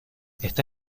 está